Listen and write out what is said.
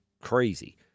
crazy